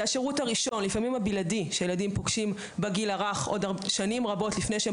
זה השירות הראשנש שילדים פוגשים בגיל הרך שנים רבות לפני שהם